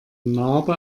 narbe